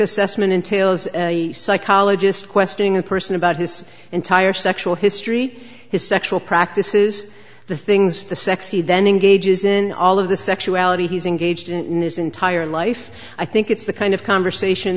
assessment entails a psychologist questing a person about his entire sexual history his sexual practices the things the sexy then engages in all of the sexuality he's engaged in this entire life i think it's the kind of conversation